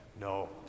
No